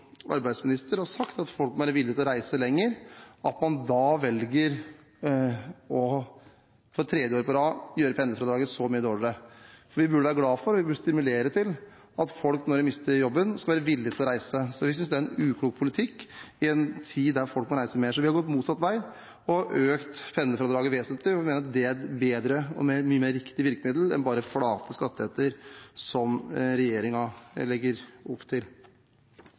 arbeidsminister har sagt at folk må være villige til å reise lenger, velger for tredje året på rad å gjøre pendlerfradraget så mye dårligere. Vi burde være glad for og stimulere til at folk skal være villig til å reise når de mister jobben. Så vi synes det er en uklok politikk i en tid når folk må reise mer. Vi har gått motsatt vei og økt pendlerfradraget vesentlig, fordi vi mener at det er et bedre og mye mer riktig virkemiddel enn bare flate skatteletter, som regjeringen legger opp til.